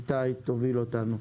איתי, תוביל אותנו.